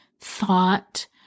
thought